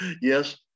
Yes